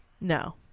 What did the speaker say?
No